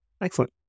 Excellent